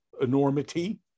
enormity